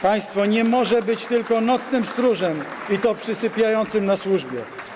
Państwo nie może być tylko nocnym stróżem, i to przysypiającym na służbie.